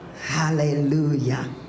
Hallelujah